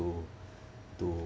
to to